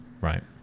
Right